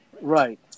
Right